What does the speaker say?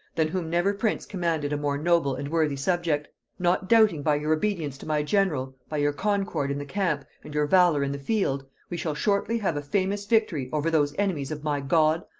than whom never prince commanded a more noble and worthy subject not doubting by your obedience to my general, by your concord in the camp, and your valor in the field, we shall shortly have a famous victory over those enemies of my god,